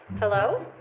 hello?